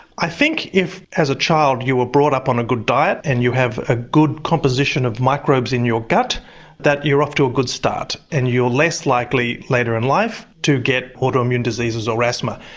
i think if as a child you were brought up on a good diet and you have a good composition of microbes in your gut that you're off to a good start and you're less likely later in life to get autoimmune diseases or asthma.